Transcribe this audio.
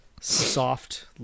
soft